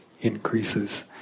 increases